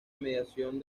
mediación